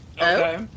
Okay